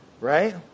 right